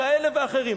כאלה ואחרים.